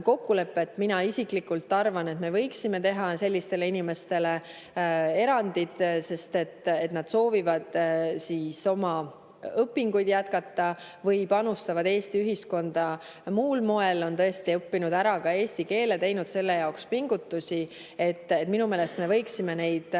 Mina isiklikult arvan, et me võiksime teha sellistele inimestele erandid, sest nad soovivad oma õpinguid jätkata või panustavad Eesti ühiskonda muul moel, on tõesti õppinud ära ka eesti keele, teinud selle jaoks pingutusi. Minu meelest me võiksime neid